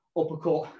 uppercut